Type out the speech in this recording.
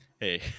hey